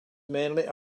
mainly